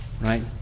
right